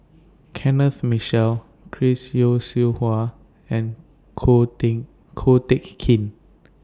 Kenneth Mitchell Chris Yeo Siew Hua and Ko Ko Teck Kin